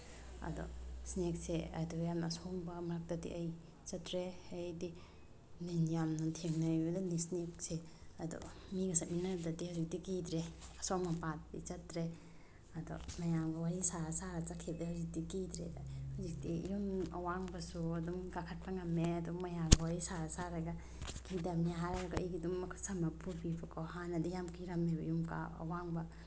ꯑꯗꯣ ꯏꯁꯅꯦꯛꯁꯦ ꯑꯗꯣ ꯌꯥꯝꯅ ꯑꯁꯣꯡꯕ ꯃꯔꯛꯇꯗꯤ ꯑꯩ ꯆꯠꯇ꯭ꯔꯦ ꯍꯥꯏꯗꯤ ꯂꯤꯟ ꯌꯥꯝꯅ ꯊꯦꯡꯅꯒꯜꯂꯤ ꯏꯁꯅꯦꯛꯁꯦ ꯑꯗꯣ ꯃꯤꯒ ꯆꯠꯃꯤꯟꯅꯕꯗꯗꯤ ꯍꯧꯖꯤꯛꯇꯤ ꯀꯤꯗ꯭ꯔꯦ ꯑꯁꯣꯡꯕ ꯃꯄꯥꯗꯗꯤ ꯆꯠꯇ꯭ꯔꯦ ꯑꯗꯣ ꯃꯌꯥꯝꯒ ꯋꯥꯔꯤ ꯁꯥꯔ ꯁꯥꯔ ꯆꯠꯈꯤꯕꯗ ꯍꯧꯖꯤꯛꯇꯤ ꯀꯤꯗ꯭ꯔꯦꯗ ꯍꯧꯖꯤꯛꯇꯤ ꯌꯨꯝ ꯑꯋꯥꯡꯕꯁꯨ ꯑꯗꯨꯝ ꯀꯥꯈꯠꯄ ꯉꯝꯃꯦ ꯑꯗꯨꯝ ꯃꯌꯥꯝꯒ ꯋꯥꯔꯤ ꯁꯥꯔ ꯁꯥꯔꯒ ꯏꯟꯊꯝꯃꯦ ꯍꯥꯏꯔꯒ ꯑꯩꯗꯤ ꯑꯗꯨꯝ ꯃꯈꯨꯠ ꯁꯝꯃ ꯄꯨꯕꯤꯕꯀꯣ ꯍꯥꯟꯅꯗꯤ ꯌꯥꯝ ꯀꯤꯔꯝꯃꯦꯕ ꯌꯨꯝ ꯑꯋꯥꯡꯕ